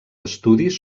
estudis